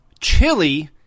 Chili